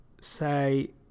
say